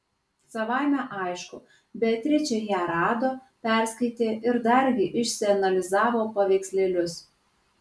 savaime aišku beatričė ją rado perskaitė ir dargi išsianalizavo paveikslėlius